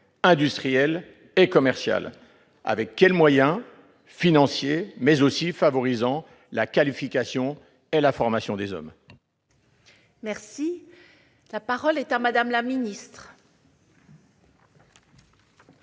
industrielle et commerciale et avec quels moyens financiers, tout en favorisant la qualification et la formation des hommes ? La parole est à Mme la secrétaire